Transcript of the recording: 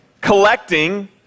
collecting